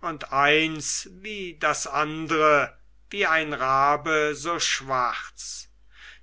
und eins wie das andre wie ein rabe so schwarz